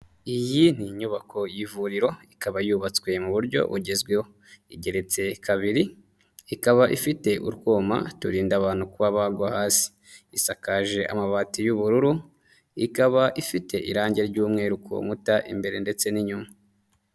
Iyi ni inyubako y'ivuriro, ikaba yubatswe mu buryo bugezweho. Igeretse kabiri, ikaba ifite utwuma turinda abantu kuba bagwa hasi. Isakaje amabati y'ubururu, ikaba ifite irange ry'umweru ku nkuta imbere ndetse n'inyuma.